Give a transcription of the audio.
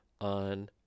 on